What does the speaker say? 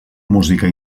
música